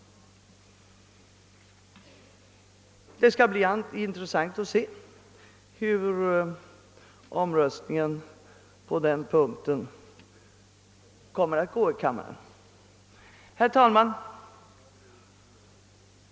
Det skall bli intressant att se hur omröstningen på den punkten utfaller. Herr talman!